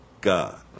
God